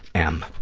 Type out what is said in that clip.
m.